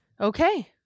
Okay